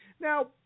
Now